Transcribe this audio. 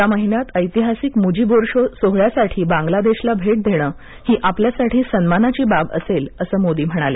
या महिन्यात ऐतिहासिक मूजिबोर्षो सोहळ्यासाठी बांगलादेशला भेट देण ही आपल्यासाठी सन्मानाची बाब असेल असं मोदी म्हणाले